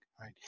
right